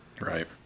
right